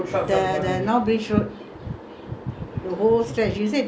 the whole stretch you said diamond royal was there but I don't remember